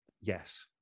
yes